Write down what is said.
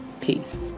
Peace